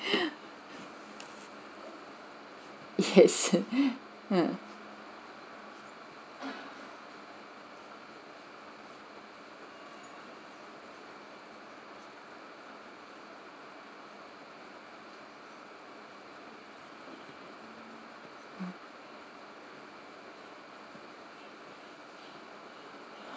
yes hmm